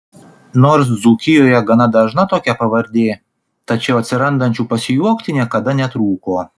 nors dzūkijoje gana dažna tokia pavardė tačiau atsirandančių pasijuokti niekada netrūko